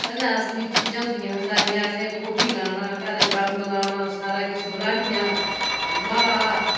पैह्लें असली चीजां होंदियां हियां सारियां असें गोभी लाना घर कड़म लाना सारा किश बलाड़ियां मांह्